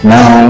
Now